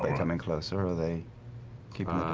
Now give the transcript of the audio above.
and coming closer, or are they keeping